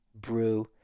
brew